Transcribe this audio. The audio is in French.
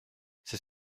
c’est